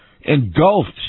engulfed